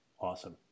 Awesome